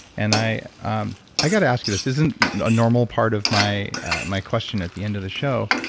and i um i got to ask you this isn't a normal part of my my question at the end of the show,